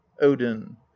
odin